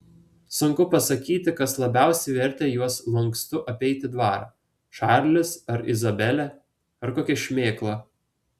sunku pasakyti kas labiausiai vertė juos lankstu apeiti dvarą čarlis ar izabelė ar kokia šmėkla